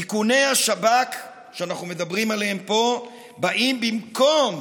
איכוני השב"כ שאנחנו מדברים עליהם פה באים במקום